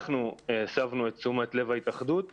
אנחנו הסבנו את תשומת לב ההתאחדות לכך,